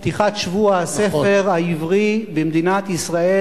פתיחת שבוע הספר העברי במדינת ישראל,